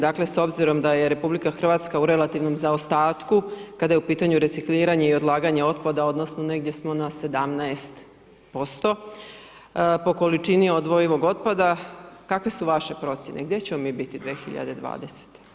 Dakle, s obzirom da je RH u relativnom zaostatku kada je u pitanju recikliranje i odlaganje otpada odnosno negdje smo na 17% po količini odvojivog otpada, kakve su vaše procjene, gdje ćemo mi biti 2020.